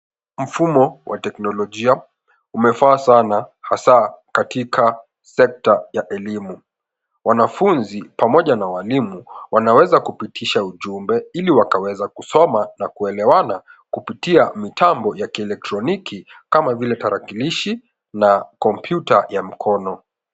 Mfumo wa teknolojia ume faa sana hasa katika sekta ya elimu, wanafunzi pamoja na walimu wanaweza kupitisha ujumbe ili waka weza kusoma na kuelewana kupitia mtambo ya kieletroniki kama vile tarakilishi na kompyuta ya mkono.